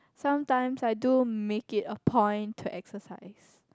sometimes I do make it a point to exercise